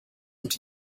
und